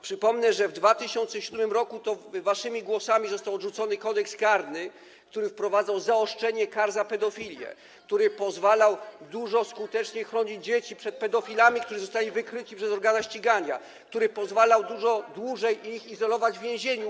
Przypomnę, że w 2007 r. to waszymi głosami został odrzucony Kodeks karny, który wprowadzał zaostrzenie kar za pedofilię, który pozwalał dużo skuteczniej chronić dzieci przed pedofilami, którzy zostali wykryci przez ograna ścigania, który pozwalał dużo dłużej ich izolować w więzieniu.